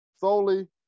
solely